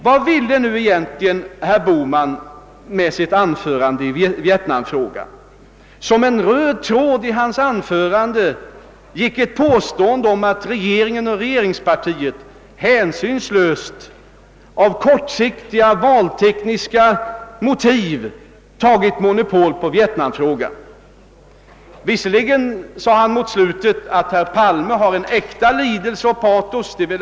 Vad ville herr Bohman egentligen säga med sitt anförande i vietnamfrågan? Det gick som en röd tråd genom anförandet ett påstående att regeringen och regeringspartiet av kortsiktiga, valtaktiska motiv hänsynslöst tagit monopol på vietnamfrågan. Mot slutet av anförandet medgav herr Bohman dock att herr Palme besitter en äkta lidelse och stort patos.